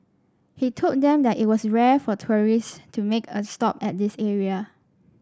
he told them that it was rare for tourists to make a stop at this area